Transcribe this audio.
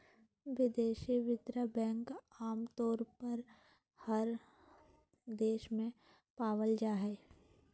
विदेशी मुद्रा बैंक आमतौर पर हर देश में पावल जा हय